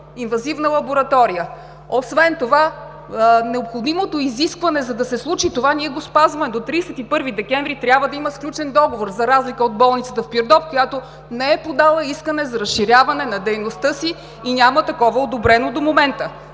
инвазивна лаборатория. Освен това необходимото изискване, за да се случи това, ние го спазваме – до 31 декември трябва да имаме сключен договор, за разлика от болницата в Пирдоп, която не е подала искане за разширяване на дейността си и няма такова одобрено до момента.